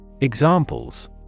Examples